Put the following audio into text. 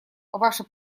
ваше